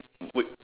wait